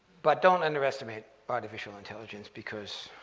but don't underestimate artificial intelligence, because